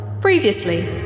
Previously